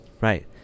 Right